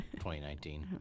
2019